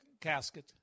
casket